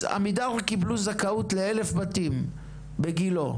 אז עמידר קיבלו זכאות ל-1,000 בתים בגילה?